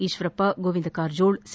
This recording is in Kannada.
ಈತ್ವರಪ್ತ ಗೋವಿಂದ ಕಾರಜೋಳ ಸಿ